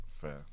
Fair